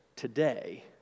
Today